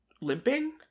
limping